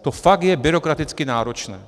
To fakt je byrokraticky náročné.